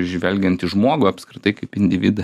žvelgiant į žmogų apskritai kaip individą